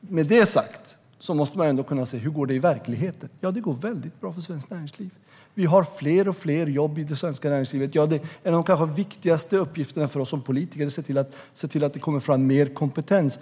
Med det sagt måste man ändå kunna se: Hur går det i verkligheten? Ja, det går väldigt bra för svenskt näringsliv. Vi har fler och fler jobb i det svenska näringslivet. En av de kanske viktigaste uppgifterna för oss som politiker är att se till att det kommer fram mer kompetens.